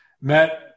met